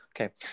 Okay